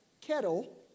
kettle